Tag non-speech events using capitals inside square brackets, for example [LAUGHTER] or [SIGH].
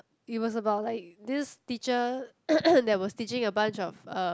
it was about like this teacher [NOISE] that was teaching a bunch of um